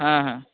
হ্যাঁ হ্যাঁ